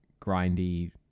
grindy